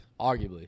Arguably